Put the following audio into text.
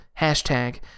hashtag